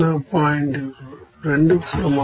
2 కు సమానం